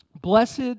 Blessed